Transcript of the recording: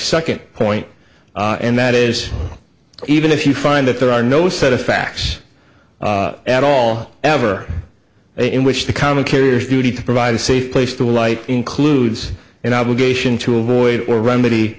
second point and that is even if you find that there are no set of facts at all ever in which the common carriers duty to provide a safe place to light includes an obligation to avoid or remedy